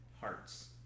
hearts